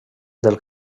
del